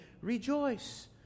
rejoice